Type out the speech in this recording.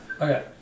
okay